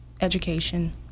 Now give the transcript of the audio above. education